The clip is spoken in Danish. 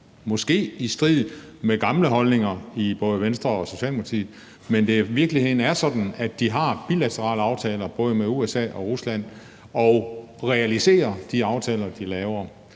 måske i strid med gamle holdninger i både Venstre og Socialdemokratiet, men at virkeligheden er sådan, at de har bilaterale aftaler, både med USA og Rusland, og realiserer de aftaler, de laver.